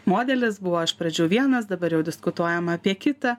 modelis buvo iš pradžių vienas dabar jau diskutuojama apie kitą